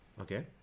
Okay